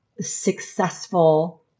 successful